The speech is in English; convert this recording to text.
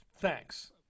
thanks